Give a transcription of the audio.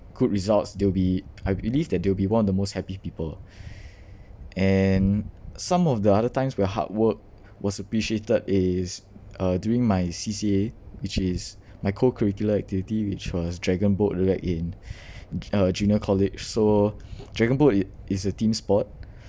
good results they'll be I believe that they'll be one of the most happy people and some of the other times where hard work was appreciated is uh during my C_C_A which is my co curricular activity which was dragon boat relay in uh junior college so dragon boat i~ is a team sport